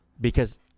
because-